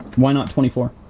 why not twenty four?